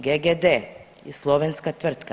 GGD, slovenska tvrtka.